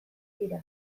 tira